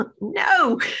No